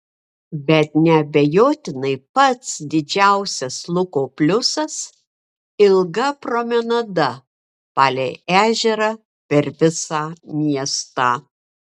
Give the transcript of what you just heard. bet neabejotinai pats didžiausias luko pliusas ilga promenada palei ežerą per visą miestą